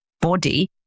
body